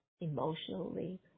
emotionally